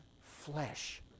flesh